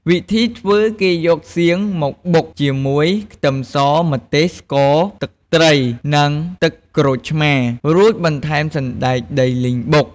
វិធីធ្វើ គេយកសៀងមកបុកជាមួយខ្ទឹមស ម្ទេស ស្ករ ទឹកត្រី និងទឹកក្រូចឆ្មារ រួចបន្ថែមសណ្ដែកដីលីងបុក។